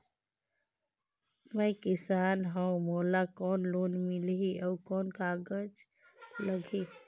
मैं किसान हव मोला कौन लोन मिलही? अउ कौन कागज लगही?